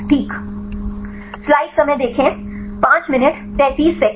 ठीक